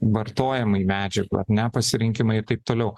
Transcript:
vartojimai medžiagų ar ne pasirinkimai ir taip toliau